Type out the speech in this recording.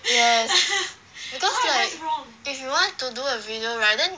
yeah because like if you want to do a video right then